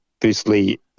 firstly